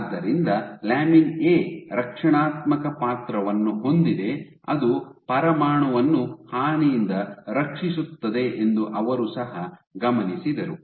ಆದ್ದರಿಂದ lamin A ರಕ್ಷಣಾತ್ಮಕ ಪಾತ್ರವನ್ನು ಹೊಂದಿದೆ ಅದು ಪರಮಾಣುವನ್ನು ಹಾನಿಯಿಂದ ರಕ್ಷಿಸುತ್ತದೆ ಎಂದು ಅವರು ಸಹ ಗಮನಿಸಿದರು